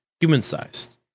human-sized